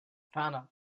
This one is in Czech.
rána